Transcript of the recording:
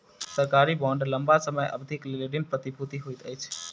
सरकारी बांड लम्बा समय अवधिक लेल ऋण प्रतिभूति होइत अछि